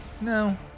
No